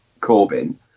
Corbin